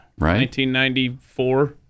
1994